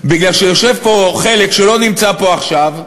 מכיוון שיושב פה חלק, שלא נמצא פה עכשיו,